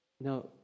Now